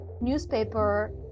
newspaper